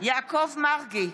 יעקב מרגי,